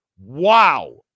Wow